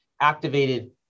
activated